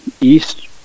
east